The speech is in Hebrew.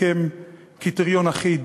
סיכם קריטריון אחיד: